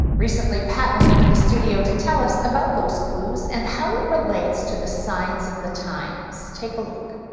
recently pat went into the studio to tell us about those clues and how it relates to the signs of the times. take a look.